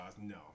no